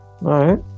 right